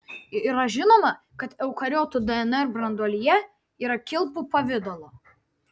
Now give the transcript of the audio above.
yra žinoma kad eukariotų dnr branduolyje yra kilpų pavidalo